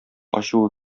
ачуы